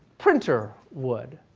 printer would.